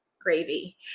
gravy